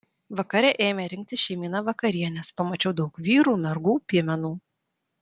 vakare ėmė rinktis šeimyna vakarienės pamačiau daug vyrų mergų piemenų